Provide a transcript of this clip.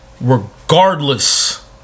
regardless